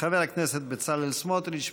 חבר הכנסת בצלאל סמוטריץ.